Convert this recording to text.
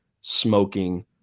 smoking